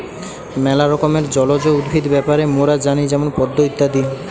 ম্যালা রকমের জলজ উদ্ভিদ ব্যাপারে মোরা জানি যেমন পদ্ম ইত্যাদি